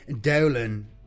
Dolan